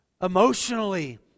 emotionally